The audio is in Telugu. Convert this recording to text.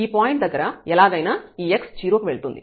ఈ పాయింట్ దగ్గర ఎలాగైనా ఈ x 0 కి వెళ్తుంది